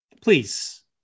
please